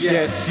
Yes